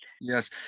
Yes